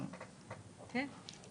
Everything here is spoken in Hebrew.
כן.